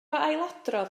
ailadrodd